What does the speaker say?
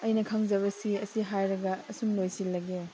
ꯑꯩꯅ ꯈꯪꯖꯕꯁꯤ ꯑꯁꯤ ꯍꯥꯏꯔꯒ ꯑꯁꯨꯝ ꯂꯣꯏꯁꯤꯜꯂꯒꯦ